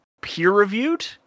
peer-reviewed